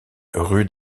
rue